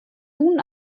nun